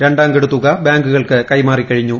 രണ്ടാം ഗഡു തുക ബാങ്കുകൾക്ക് കൈമാറി കഴിഞ്ഞു